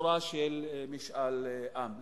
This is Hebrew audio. בצורה של משאל עם.